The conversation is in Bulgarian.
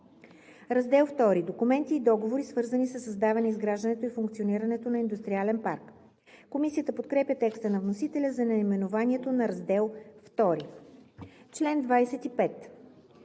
„Раздел II – Документи и договори, свързани със създаването, изграждането и функционирането на индустриален парк“. Комисията подкрепя текста на вносителя за наименованието на Раздел II.